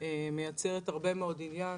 מייצרות הרבה מאוד עניין.